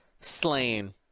slain